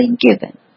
given